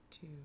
two